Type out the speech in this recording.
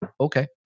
Okay